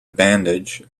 bandage